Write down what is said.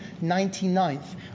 ninety-ninth